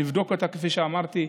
נבדוק אותה, כפי שאמרתי.